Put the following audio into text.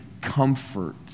comfort